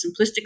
simplistically